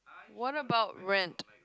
what about rent